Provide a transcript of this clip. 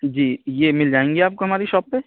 جی یہ مل جائیں گے آپ کو ہماری شاپ پہ